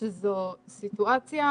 שזו סיטואציה